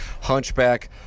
Hunchback